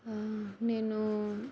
నేను